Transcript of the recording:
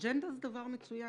אג'נדה זה דבר מצוין.